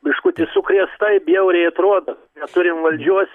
biškutį sukrėsta ir bjauriai atrodo neturim valdžios